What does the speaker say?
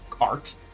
art